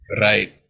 Right